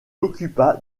occupa